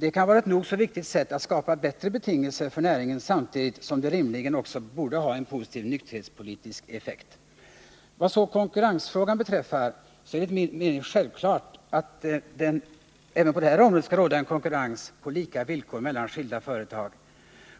Det kan vara ett nog så viktigt sätt att skapa bättre betingelser för näringen samtidigt som det rimligen också borde ha en positiv nykterhetspolitisk effekt. Vad konkurrensfrågan beträffar så är det enligt min mening självklart att det även på det här området skall råda en konkurrens på lika villkor mellan skilda företag.